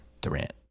Durant